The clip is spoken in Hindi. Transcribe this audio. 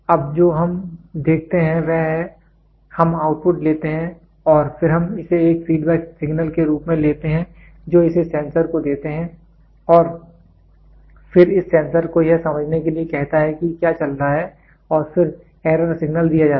अब जो हम देखते हैं वह है हम आउटपुट लेते हैं और फिर हम इसे एक फीडबैक सिग्नल के रूप में लेते हैं जो इसे सेंसर को देते हैं और फिर इस सेंसर को यह समझने के लिए कहता है कि क्या चल रहा है और फिर एरर सिग्नल दिया जाता है